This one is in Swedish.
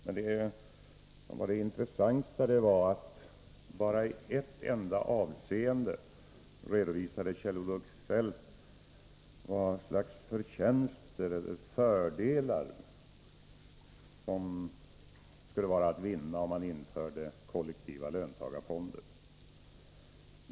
Men det intressanta var att Kjell-Olof Feldt i bara ett enda avseende redovisade vad slags förtjänster eller fördelar som skulle vara att vinna om man införde kollektiva löntagarfonder.